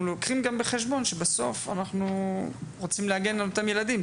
לוקחים בחשבון שבסוף אנחנו רוצים להגן על אותם ילדים.